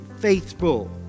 faithful